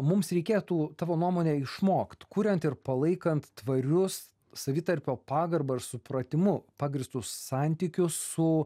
mums reikėtų tavo nuomone išmokt kuriant ir palaikant tvarius savitarpio pagarba ir supratimu pagrįstus santykius su